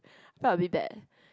felt a bit bad